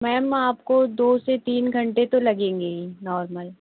ma'am आपको दो से तीन घंटे तो लगेंगे ही नॉर्मल